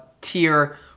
tier